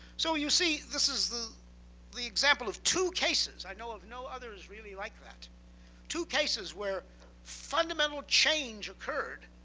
so you see, this is the the example of two cases i know of no others really like that two cases where fundamental change occurred,